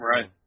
Right